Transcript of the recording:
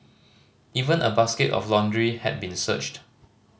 even a basket of laundry had been searched